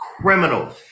criminals